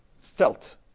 felt